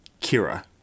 Kira